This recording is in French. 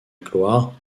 gloire